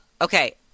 Okay